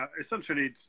essentially